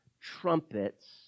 trumpets